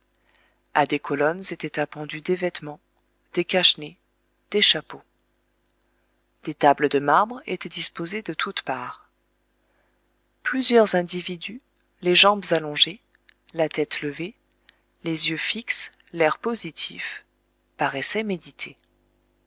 à des colonnes étaient appendus des vêtements des cache-nez des chapeaux des tables de marbre étaient disposées de toutes parts plusieurs individus les jambes allongées la tête levée les yeux fixes l'air positif paraissaient méditer